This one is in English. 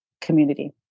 community